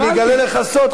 אני אגלה לך סוד,